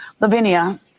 Lavinia